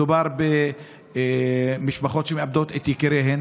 מדובר במשפחות שמאבדות את יקיריהן,